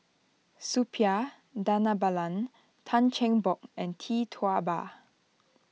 Suppiah Dhanabalan Tan Cheng Bock and Tee Tua Ba